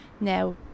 now